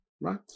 Right